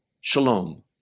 Shalom